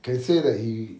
can say that he